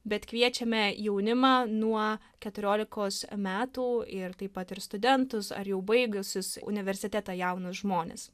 bet kviečiame jaunimą nuo keturiolikos metų ir taip pat ir studentus ar jau baigusius universitetą jaunus žmones